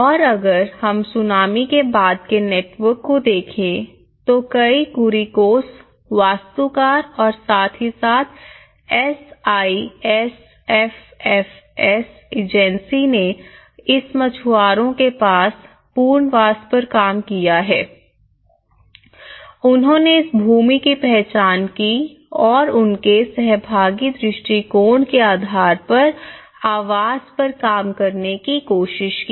और अगर हम सुनामी के बाद के नेटवर्क को देखें तो कई कुरीकोस वास्तुकार और साथ ही साथ S I F F S agency ने इस मछुआरों के पुनर्वास पर काम किया है उन्होंने इस भूमि की पहचान की और उनके सहभागी दृष्टिकोण के आधार पर आवास पर काम करने की कोशिश की